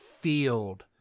field